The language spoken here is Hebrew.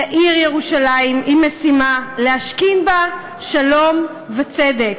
לעיר ירושלים, עם משימה, להשכין בה שלום וצדק.